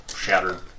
Shattered